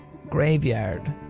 graveyard.